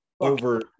over